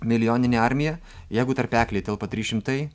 milijoninę armiją jeigu tarpeklyje telpa trys šimtai